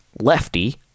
Lefty